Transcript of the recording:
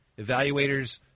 Evaluators